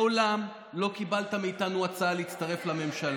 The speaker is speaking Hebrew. מעולם לא קיבלת מאיתנו הצעה להצטרף לממשלה,